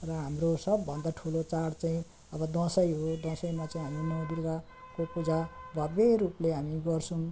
र हाम्रो सबभन्दा ठुलो चाड चाहिँ अब दसैँ हो दसैँमा चाहिँ हामी नौ दुर्गाको पूजा भव्य रूपले हामी गर्छौँ